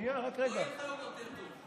שמחה, למה לא להצביע עכשיו?